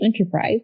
enterprise